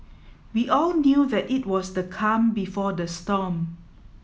we all knew that it was the calm before the storm